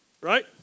Right